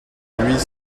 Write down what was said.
huit